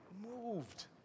moved